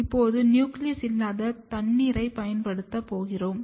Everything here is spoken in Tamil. இப்போது நியூக்ளியஸ் இல்லாத தண்ணீரைப் பயன்படுத்துவோம்